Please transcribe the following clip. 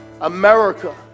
America